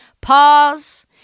Pause